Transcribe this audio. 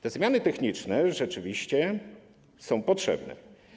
Te zmiany techniczne rzeczywiście są potrzebne.